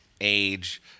age